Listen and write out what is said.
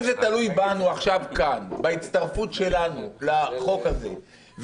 אם זה תלוי בנו עכשיו כאן בהצטרפות שלנו לחוק הזה,